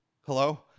Hello